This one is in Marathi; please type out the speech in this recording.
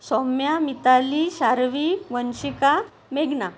सौम्या मिताली शार्वी वंशिका मेघना